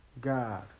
God